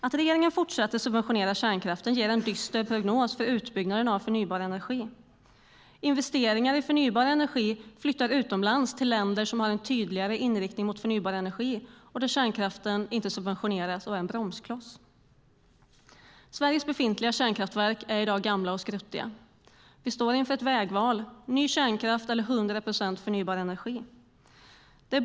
Att regeringen fortsätter subventionera kärnkraften ger en dyster prognos för utbyggnaden av förnybar energi. Investeringar i förnybar energi flyttar utomlands till länder som har en tydligare inriktning mot förnybar energi och där kärnkraften inte subventioneras och är en bromskloss. Sveriges befintliga kärnkraftverk är i dag gamla och skruttiga. Vi står inför ett vägval - ny kärnkraft eller 100 procent förnybar energi.